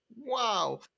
Wow